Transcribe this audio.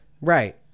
right